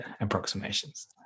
approximations